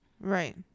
right